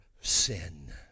sin